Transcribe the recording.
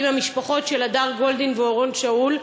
עם המשפחות של הדר גולדין ואורון שאול,